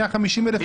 150 אלף מובטלים.